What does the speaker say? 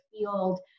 field